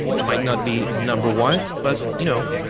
might not be number one, but you know,